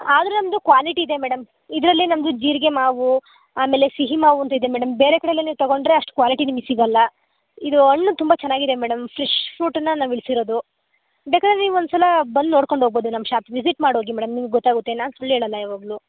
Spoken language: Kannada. ಆದ್ರೆ ಒಂದು ಕ್ವಾಲಿಟಿ ಇದೆ ಮೇಡಮ್ ಇದರಲ್ಲಿ ನಮ್ಮದು ಜೀರಿಗೆ ಮಾವು ಆಮೇಲೆ ಸಿಹಿಮಾವು ಅಂತಿದೆ ಮೇಡಮ್ ಬೇರೆ ಕಡೆಯೆಲ್ಲ ನೀವು ತೊಗೊಂಡರೆ ಅಷ್ಟು ಕ್ವಾಲಿಟಿ ನಿಮ್ಗೆ ಸಿಗೋಲ್ಲ ಇದು ಹಣ್ಣು ತುಂಬ ಚೆನ್ನಾಗಿದೆ ಮೇಡಮ್ ಫ್ರೆಶ್ ಫ್ರೂಟನ್ನು ನಾವು ಇಳಿಸಿರೋದು ಬೇಕಾದರೆ ನೀವು ಒಂದು ಸಲ ಬಂದು ನೋಡ್ಕೊಂಡು ಹೋಗ್ಬೋದು ನಮ್ಮ ಶಾಪ್ ವಿಸಿಟ್ ಮಾಡಿ ಹೋಗಿ ಮೇಡಮ್ ನಿಮ್ಗೆ ಗೊತ್ತಾಗುತ್ತೆ ನಾನು ಸುಳ್ಳು ಹೇಳೋಲ್ಲ ಯಾವಾಗಲೂ